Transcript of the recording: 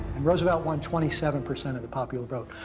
and roosevelt won twenty seven percent of the popular vote.